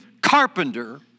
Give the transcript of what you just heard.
carpenter